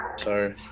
sorry